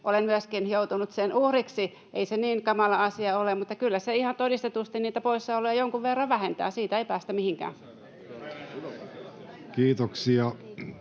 olen myöskin joutunut sen uhriksi. Ei se niin kamala asia ole, mutta kyllä se ihan todistetusti poissaoloja jonkun verran vähentää. Siitä ei päästä mihinkään.